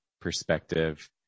perspective